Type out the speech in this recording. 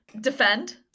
Defend